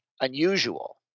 unusual